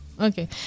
Okay